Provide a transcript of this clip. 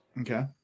Okay